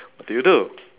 do you do